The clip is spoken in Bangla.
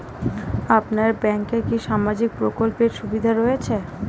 আপনার ব্যাংকে কি সামাজিক প্রকল্পের সুবিধা রয়েছে?